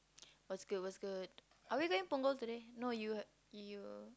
what's good what's good are we going Punggol today no you have you